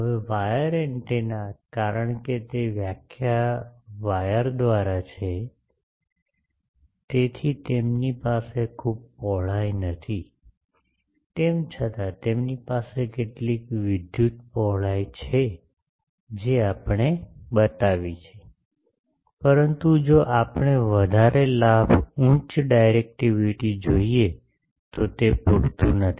હવે wire antenna કારણ કે તે વ્યાખ્યા વાયર દ્વારા છે તેથી તેમની પાસે ખૂબ પહોળાઈ નથી તેમ છતાં તેમની પાસે કેટલીક વિદ્યુત પહોળાઈ છે જે આપણે બતાવી છે પરંતુ જો આપણે વધારે લાભ ઉચ્ચ ડાયરેક્ટિવિટી જોઈએ તો તે પૂરતું નથી